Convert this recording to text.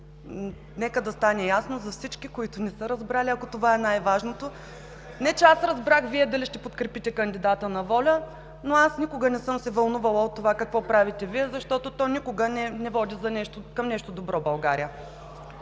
Нека да стане ясно за всички, които не са разбрали, ако това е най-важното. Не че аз разбрах Вие дали ще подкрепите кандидата на ВОЛЯ, но аз никога не съм се вълнувала от това какво правите Вие, защото то никога не води България